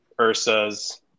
Ursas